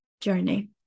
journey